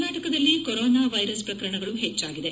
ಕರ್ನಾಟಕದಲ್ಲಿ corona virus ಪ್ರಕರಣಗಳು ಹೆಚ್ಚಾಗಿದೆ